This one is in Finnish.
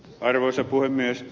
arvoisa puhemies